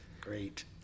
Great